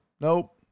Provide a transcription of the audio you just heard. Nope